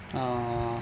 uh